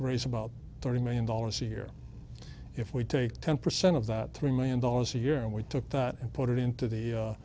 raise about thirty million dollars a year if we take ten percent of that three million dollars a year and we took that and put it into the